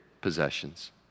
possessions